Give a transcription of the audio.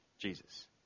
Jesus